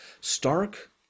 Stark